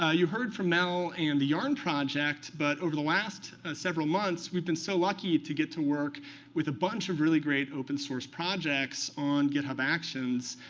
ah you heard from mael and the yarn project, but over the last several months, we've been so lucky to get to work with a bunch of really great open-source projects on github actions.